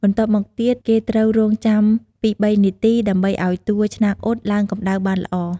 បន្ទាប់មកទៀត គេត្រួវរង់ចាំពីរបីនាទីដើម្បីឲ្យតួឆ្នាំងអ៊ុតឡើងកម្ដៅបានល្អ។